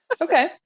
Okay